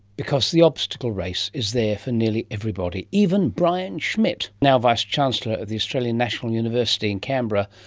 because the obstacle race is there for nearly everybody even brian schmidt, now vice-chancellor of the australian national university in canberra,